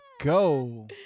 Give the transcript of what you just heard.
go